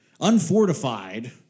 unfortified